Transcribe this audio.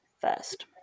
first